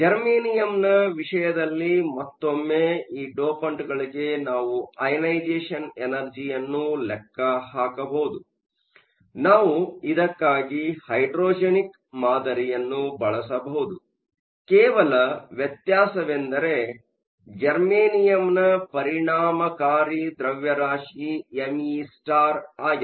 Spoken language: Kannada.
ಜರ್ಮೇನಿಯಂನ ವಿಷಯದಲ್ಲಿ ಮತ್ತೊಮ್ಮೆ ಈ ಡೋಪಂಟ್ಗಳಿಗೆ ನಾವು ಅಐನೈಸೆ಼ಷನ್ ಎನರ್ಜಿಯನ್ನು ಲೆಕ್ಕ ಹಾಕಬಹುದು ನಾವು ಇದಕ್ಕಾಗಿ ಹೈಡ್ರೋಜೆನಿಕ್ ಮಾದರಿಯನ್ನು ಬಳಸಬಹುದು ಕೇವಲ ವ್ಯತ್ಯಾಸವೆಂದರೆ ಜರ್ಮೇನಿಯಮ್ನ ಪರಿಣಾಮಕಾರಿ ದ್ರವ್ಯರಾಶಿ me ಆಗಿದೆ